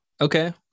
Okay